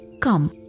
Come